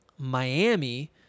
Miami